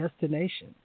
destination